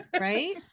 right